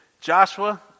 Joshua